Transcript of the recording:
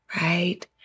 right